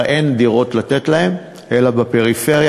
הרי אין דירות לתת להם אלא בפריפריה,